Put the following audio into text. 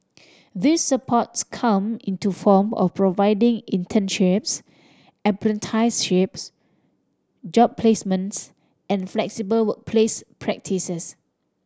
this supports come in to form of providing internships apprenticeships job placements and flexible workplace practices